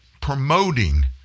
promoting